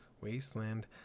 wasteland